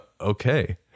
Okay